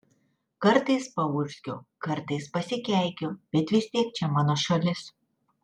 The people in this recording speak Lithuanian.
kartais paurzgiu kartais pasikeikiu bet vis tiek čia mano šalis